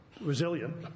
resilient